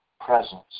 presence